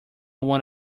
one